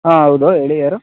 ಹಾಂ ಹೌದು ಹೇಳಿ ಯಾರು